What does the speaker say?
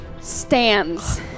stands